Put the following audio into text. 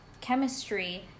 chemistry